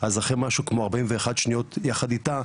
אז אחרי משהו כמו 41 שניות יחד אתה,